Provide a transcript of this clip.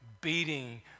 Beating